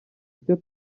icyo